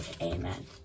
Amen